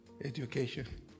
education